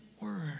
word